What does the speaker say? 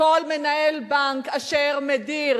כל מנהל בנק אשר מדיר